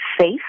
safe